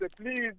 please